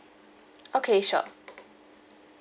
okay sure